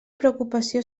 preocupació